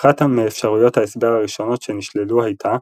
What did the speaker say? אחת מאפשרויות ההסבר הראשונות שנשללו הייתה,